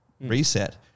reset